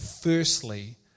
firstly